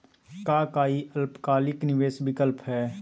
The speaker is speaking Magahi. का काई अल्पकालिक निवेस विकल्प हई?